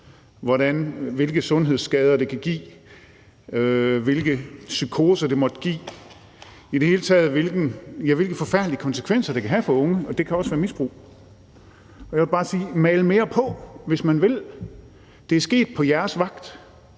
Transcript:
hvilke sundhedsskader det kan give, hvilke psykoser det måtte give, i det hele taget hvilke forfærdelige konsekvenser det kan have for unge, og det kan også være misbrug. Og jeg vil bare sige: Mal mere på, hvis I vil; det er sket på jeres vagt.